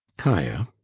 kaia.